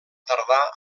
tardar